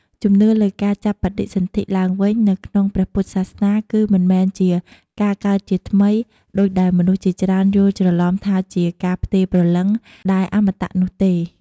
ជំនឿលើការចាប់បដិសន្ធិឡើងវិញនៅក្នុងព្រះពុទ្ធសាសនា គឺមិនមែនជា "ការកើតជាថ្មី" ដូចដែលមនុស្សជាច្រើនយល់ច្រឡំថាជាការផ្ទេរ "ព្រលឹង" ដែលអមតៈនោះទេ។